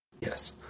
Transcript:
Yes